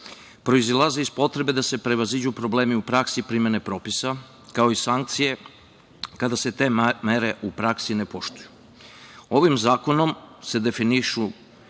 proizilazi iz potrebe da se prevaziđu problemi u praksi primene propisa, kao i sankcije kada se te mere u praksi ne poštuju. Ovim zakonom se definišu